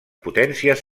potències